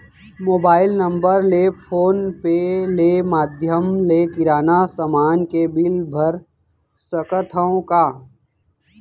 Mobile number ले PhonePe ले माधयम ले किराना समान के बिल भर सकथव का?